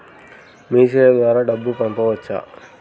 మీసేవ ద్వారా డబ్బు పంపవచ్చా?